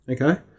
okay